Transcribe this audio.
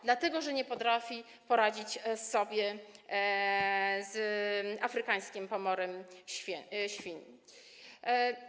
Dlatego, że nie potrafi poradzić sobie z afrykańskim pomorem świń.